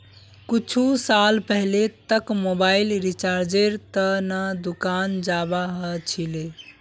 कुछु साल पहले तक मोबाइल रिचार्जेर त न दुकान जाबा ह छिले